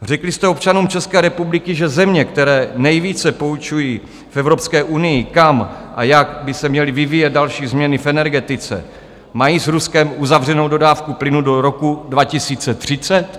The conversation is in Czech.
Řekli jste občanům České republiky, že země, které nejvíce poučují v Evropské unii, kam a jak by se měly vyvíjet další změny v energetice, mají s Ruskem uzavřenou dodávku plynu do roku 2030?